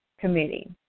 Committee